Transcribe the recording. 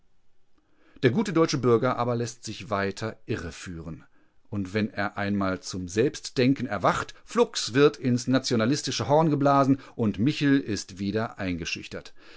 der gute deutsche bürger aber läßt sich weiter irreführen und wenn er einmal zum selbstdenken erwacht flugs wird ins nationalistische horn geblasen und michel ist wieder eingeschüchtert